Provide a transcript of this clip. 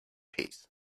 peas